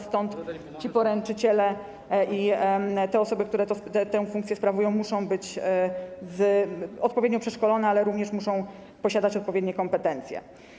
Stąd ci poręczyciele, te osoby, które tę funkcję sprawują, muszą być odpowiednio przeszkoleni, ale również muszą posiadać odpowiednie kompetencje.